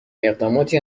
اقداماتی